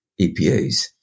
EPAs